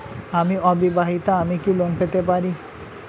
আমি অবিবাহিতা আমি কি লোন পেতে পারি?